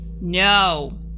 No